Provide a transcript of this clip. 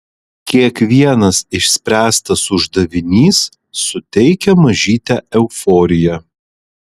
kiekvienas išspręstas uždavinys suteikia mažytę euforiją